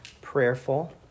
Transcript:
prayerful